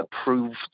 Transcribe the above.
approved